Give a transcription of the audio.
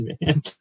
man